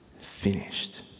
finished